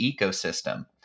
ecosystem